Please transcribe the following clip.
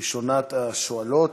ראשונת השואלות,